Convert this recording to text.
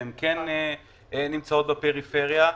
שכן נמצאות בפריפריה.